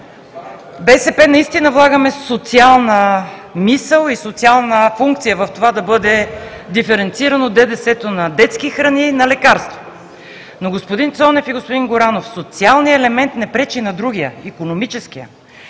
БСП наистина влагаме социална мисъл и социална функция в това да бъде диференцирано ДДС-то на детски храни и на лекарства. Но, господин Цонев и господин Горанов, социалният елемент не пречи на другия – икономическия.